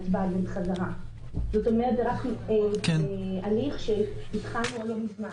זה הליך שהתחלנו לא מזמן.